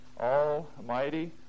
almighty